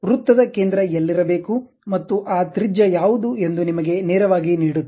ವೃತ್ತದ ಕೇಂದ್ರ ಎಲ್ಲಿರಬೇಕು ಮತ್ತು ಆ ತ್ರಿಜ್ಯ ಯಾವುದು ಎಂದು ನಿಮಗೆ ನೇರವಾಗಿ ನೀಡುತ್ತದೆ